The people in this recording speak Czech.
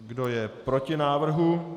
Kdo je proti návrhu?